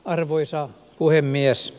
arvoisa puhemies